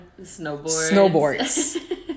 snowboards